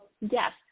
yes